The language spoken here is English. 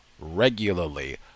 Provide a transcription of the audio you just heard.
regularly